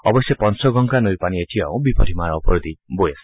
অৱশ্যে পঞ্চগংগা নৈৰ পানী এতিয়াও বিপদসীমাৰ ওপৰেদি বৈ আছে